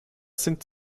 sind